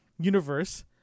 universe